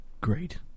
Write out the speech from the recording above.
great